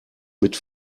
mit